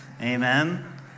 Amen